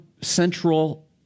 central